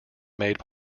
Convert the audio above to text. made